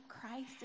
Christ